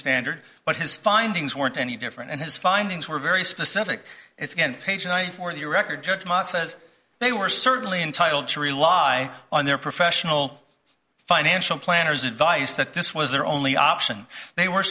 standard but his findings weren't any different and his findings were very specific it's again page ninety four the record judge says they were certainly entitled to rely on their professional financial planners advise that this was their only option they were